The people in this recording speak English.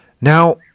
now